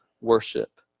worship